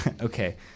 Okay